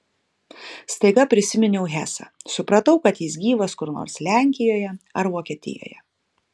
staiga prisiminiau hesą supratau kad jis gyvas kur nors lenkijoje ar vokietijoje